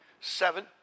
seven